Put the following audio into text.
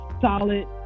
solid